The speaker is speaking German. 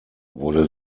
wurde